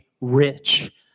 rich